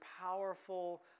powerful